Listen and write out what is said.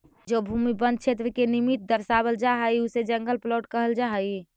जो भूमि वन क्षेत्र के निमित्त दर्शावल जा हई उसे जंगल प्लॉट कहल जा हई